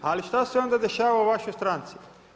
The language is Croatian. Ali što se onda dešava u vašoj stranci?